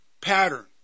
pattern